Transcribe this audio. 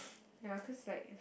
ya cause like